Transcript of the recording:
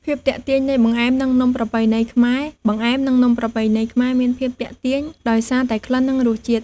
ភាពទាក់ទាញនៃបង្អែម និងនំប្រពៃណីខ្មែរ៖បង្អែម និងនំប្រពៃណីខ្មែរមានភាពទាក់ទាញដោយសារតែក្លិន និងរសជាតិ។